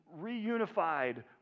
reunified